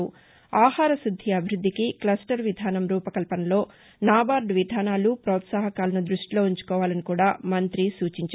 ఆహార శుద్ది అభివృద్దికి క్లస్టర్ విధానం రూపకల్పనలో నాబార్డ విధానాలు ప్రోత్సాహకాలను దృష్టిలో ఉంచుకోవాలని కూడా మంతి తెలిపారు